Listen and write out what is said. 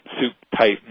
soup-type